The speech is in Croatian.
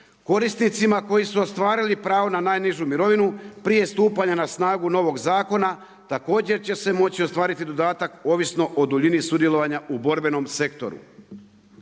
Korisnicima koji su ostvarili pravo na najnižu mirovinu prije stupanja na snagu novog zakona također će se moći ostvariti dodatak ovisno o duljini sudjelovanja u borbenom sektoru.